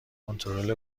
کنترل